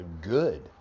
good